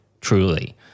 truly